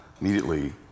immediately